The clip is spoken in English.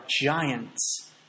giants